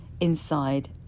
inside